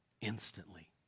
instantly